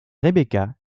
rebecca